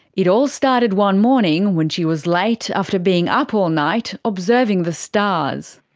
it all started one morning when she was late after being up all night, observing the stars.